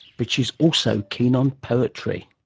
but she is also keen on poetry.